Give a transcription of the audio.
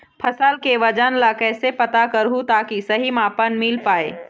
फसल के वजन ला कैसे पता करहूं ताकि सही मापन मील पाए?